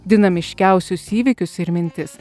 dinamiškiausius įvykius ir mintis